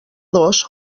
dos